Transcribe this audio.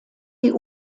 die